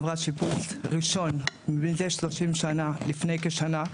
עברה שיפוץ ראשון מזה 30 שנה לפני שנה.